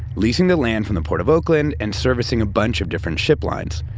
leasing the land from the port of oakland, and servicing a bunch of different ship lines.